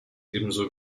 ebenso